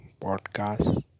podcast